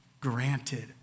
granted